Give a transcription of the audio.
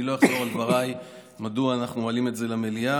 אני לא אחזור על דבריי על מדוע אנחנו מעלים את זה למליאה